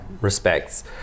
respects